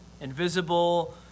invisible